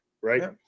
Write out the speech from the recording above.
right